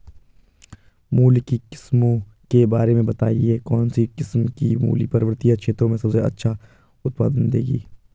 मूली की किस्मों के बारे में बताइये कौन सी किस्म की मूली पर्वतीय क्षेत्रों में सबसे अच्छा उत्पादन देंगी?